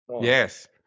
Yes